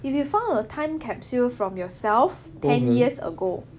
if you found a time capsule from yourself ten years ago